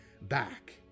back